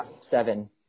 seven